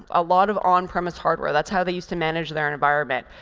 a lot of on-premise hardware. that's how they used to manage their environment.